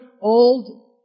old